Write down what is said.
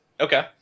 okay